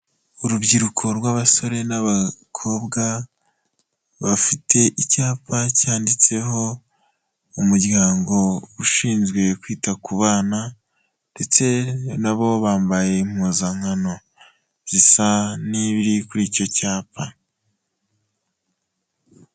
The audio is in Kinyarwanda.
Urubyiruko rw'abasore n'abakobwa, bafite icyapa cyanditseho umuryango ushinzwe kwita ku bana ndetse nabo bambaye impuzankano zisa n'ibiri kuri icyo cyapa.